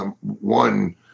one